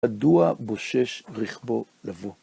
מדוע בושש רכבו לבוא.